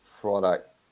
product